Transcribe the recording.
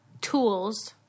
tools